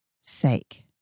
sake